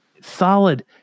solid